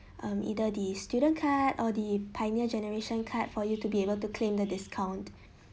um either the student card or the pioneer generation card for you to be able to claim the discount